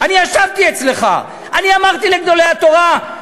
אני ישבתי אצלך, אני אמרתי לגדולי התורה,